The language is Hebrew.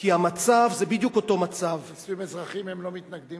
כי המצב זה בדיוק אותו מצב לנישואים אזרחיים הם לא מתנגדים,